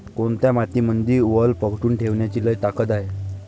कोनत्या मातीमंदी वल पकडून ठेवण्याची लई ताकद हाये?